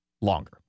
longer